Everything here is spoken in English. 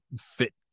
fit